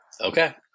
Okay